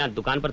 and begun but